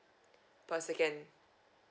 per second